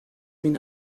been